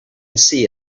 see